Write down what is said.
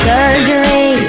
Surgery